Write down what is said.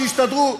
שיסתדרו,